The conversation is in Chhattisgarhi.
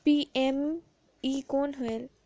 पी.एम.ई कौन होयल?